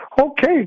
Okay